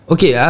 Okay